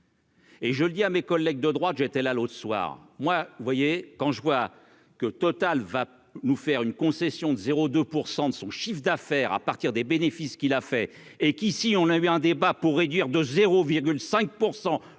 Et je le dis à mes collègues de droite, j'étais là, l'autre soir, moi, vous voyez, quand je vois que Total va nous faire une concession de 0 2 % de son chiffre d'affaires à partir des bénéfices qui l'a fait et qu'ici, on l'avait un débat pour réduire de 0,5